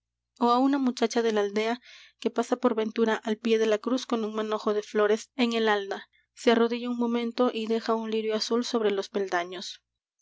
ó á una muchacha de la aldea que pasa por ventura al pie de la cruz con un manojo de flores en el halda se arrodilla un momento y deja un lirio azul sobre los peldaños